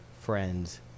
friends